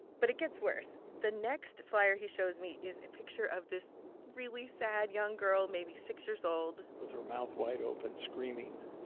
but it gets worse. the next flyer he shows me is a picture of this really sad young girl, maybe six years old. with her mouth wide-open screaming.